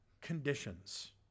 conditions